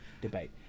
debate